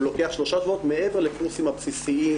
הוא לוקח שלושה שבועות מעבר לקורסים הבסיסיים